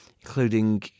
including